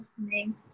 listening